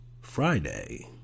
Friday